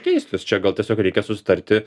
keistis čia gal tiesiog reikia susitarti